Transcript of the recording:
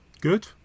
Good